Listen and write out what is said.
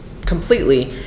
completely